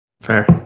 Fair